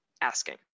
asking